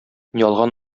ялган